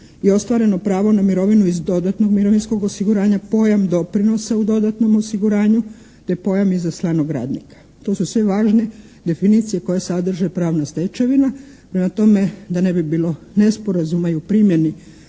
i ostvareno pravo na mirovinu iz dodatnog mirovinskog osiguranja. Pojam doprinosa u dodatnom osiguranju, te pojam izaslanog radnika. To su sve važne definicije koje sadrže pravna stečevina. Prema tome, da ne bi bilo nesporazuma i u primjeni